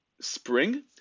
spring